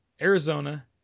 arizona